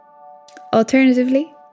Alternatively